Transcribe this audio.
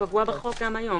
הוא קבוע בחוק גם היום.